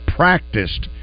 practiced